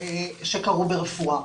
שקרו ברפואה.